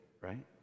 right